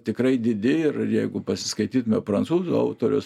tikrai didi ir jeigu pasiskaitytume prancūzų autorius